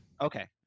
okay